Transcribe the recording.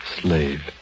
slave